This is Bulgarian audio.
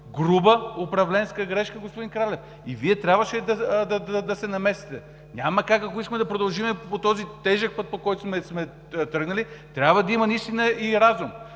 Груба управленска грешка, господин Кралев! И Вие трябваше да се намесите. Няма как да искаме да продължим по този тежък път, по който сме тръгнали! Трябва да има и разум.